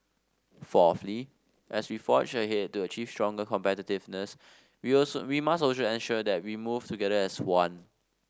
fourthly as we forge ahead to achieve stronger competitiveness we also we must also ensure that we move together as one